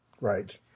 Right